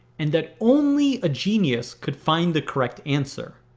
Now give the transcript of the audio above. and that only a genius could find the correct answer.